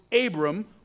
Abram